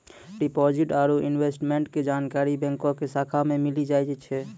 deposit आरू investment के जानकारी बैंको के शाखा मे मिली जाय छै